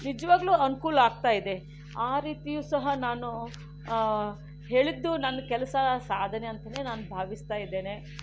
ನಿಜವಾಗಲೂ ಅನುಕೂಲ ಆಗ್ತಾ ಇದೆ ಆ ರೀತಿಯೂ ಸಹ ನಾನು ಹೇಳಿದ್ದು ನನ್ನ ಕೆಲಸ ಸಾಧನೆ ಅಂತಲೇ ನಾನು ಭಾವಿಸ್ತಾ ಇದ್ದೇನೆ